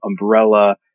umbrella